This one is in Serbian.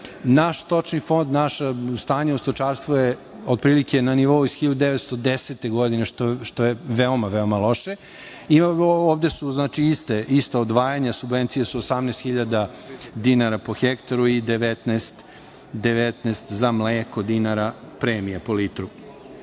Naš stočni fond, naše stanje u stočarstvu je otprilike na nivou iz 1910. godine, što je veoma, veoma loše i ovde su ista odvajanja, subvencije su 18 hiljada dinara po hektaru i 19 za mleko dinara premije po litru. Dakle,